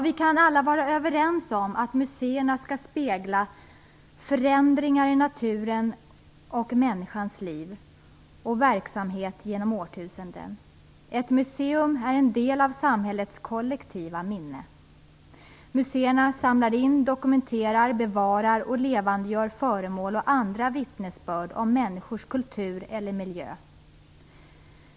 Vi kan alla vara överens om att museerna skall spegla förändringar i naturens och människans liv och verksamhet genom årtusenden. Ett museum är en del av samhällets kollektiva minne. Museerna samlar in, dokumenterar, bevarar och levandegör föremål och andra vittnesbörd om människors kultur eller miljö.